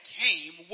came